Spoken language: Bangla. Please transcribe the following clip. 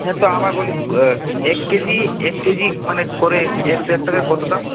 হ্যাঁ তো আমার বলি এক কেজি এক কেজি মানে করে এক দেড়টার কত দাম